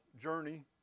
journey